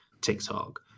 TikTok